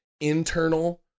internal